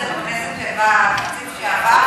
בתקציב שעבר.